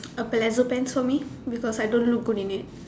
a pleated pants for me because I don't look good in it